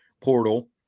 portal